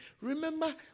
Remember